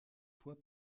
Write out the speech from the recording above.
fois